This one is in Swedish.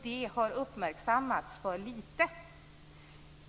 Det har uppmärksammats för litet.